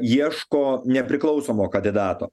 ieško nepriklausomo kandidato